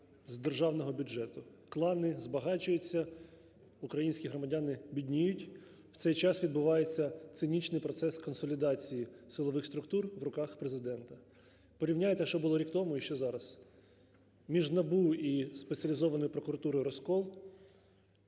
з державного бюджету. Клани збагачуються, українські громадяни бідніють, в цей час відбувається цинічний процес консолідації силових структур в руках Президента. Порівняйте, що було рік тому і що зараз: між НАБУ і Спеціалізованою прокуратурою розкол,